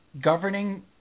governing